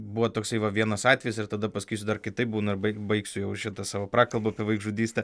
buvo toksai va vienas atvejis ir tada pasakysiu dar kitaip būna ir baik baigsiu jau šitą savo prakalbą apie vaikžudystę